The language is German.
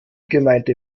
gemeinte